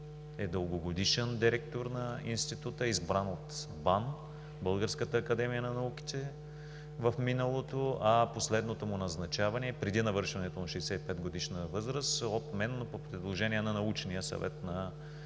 е дългогодишен директор на Института, избран от Българската академия на науките в миналото, а последното му назначаване – преди навършването на 65-годишна възраст, е от мен по предложение на Научния съвет на